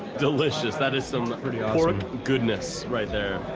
delicious. that is some pork goodness right there.